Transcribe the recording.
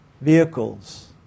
vehicles